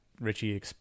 Richie